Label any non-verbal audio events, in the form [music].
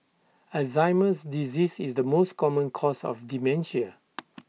Alzheimer's disease is the most common cause of dementia [noise]